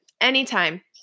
Anytime